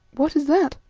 what is that?